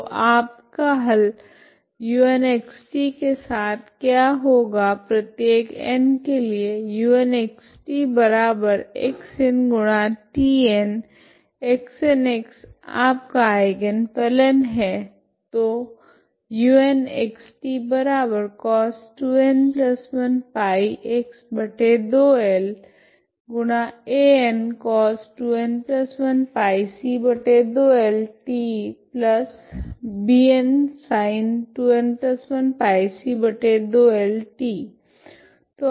तो आपके हल unxt के साथ क्या होगा प्रत्येक n के लिए unxtXnTn Xn आपका आइगन फलन है